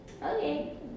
Okay